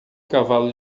cavalo